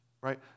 Right